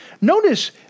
Notice